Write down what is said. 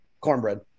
Cornbread